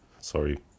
sorry